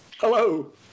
Hello